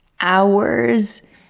hours